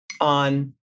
on